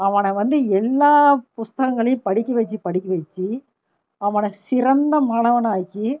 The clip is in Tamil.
அவனை வந்து எல்லா புஸ்தகங்களையும் படிக்க வச்சு படிக்க வச்சு அவனை சிறந்த மாணவனாக்கி